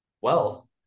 wealth